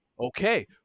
Okay